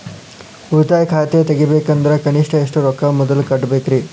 ಉಳಿತಾಯ ಖಾತೆ ತೆಗಿಬೇಕಂದ್ರ ಕನಿಷ್ಟ ಎಷ್ಟು ರೊಕ್ಕ ಮೊದಲ ಕಟ್ಟಬೇಕ್ರಿ?